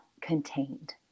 contained